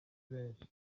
benshi